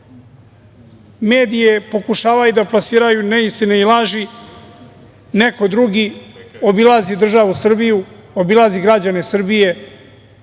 medije pokušavaju da plasiraju neistine i laži, neko drugi obilazi državu Srbiju, obilazi građane Srbije